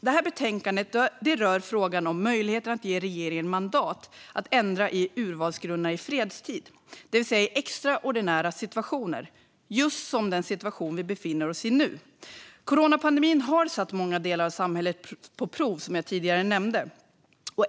Detta betänkande rör frågan om möjligheten att ge regeringen mandat att ändra i urvalsgrunderna i fredstid, det vill säga extraordinära situationer just som den situation vi befinner oss i nu. Coronapandemin har, som jag tidigare nämnde, satt många delar av samhället på prov.